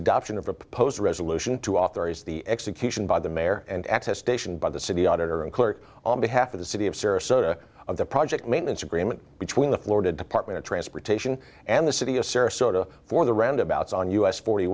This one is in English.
adoption of a proposed resolution to authorize the execution by the mayor and accessed by the city auditor and clear on behalf of the city of sarasota of the project maintenance agreement between the florida department of transportation and the city of sarasota for the roundabouts on us forty